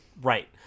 Right